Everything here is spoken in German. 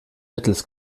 mittels